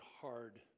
hard